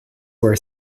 were